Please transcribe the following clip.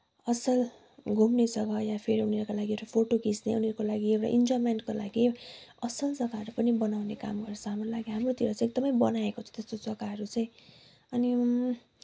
असल घुम्ने जग्गा या फिर उनीहरूका लागि एउटा फोटो खिच्ने उनीहरूको लागि एउटा एन्जोयमेन्टको लागि असल जग्गाहरू पनि बनाउने काम गर्छ हाम्रो लागि हाम्रोतिर चाहिँ एकदमै बनाएको छ त्यस्तो जग्गाहरू चाहिँ अनि